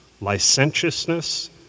licentiousness